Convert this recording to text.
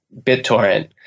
BitTorrent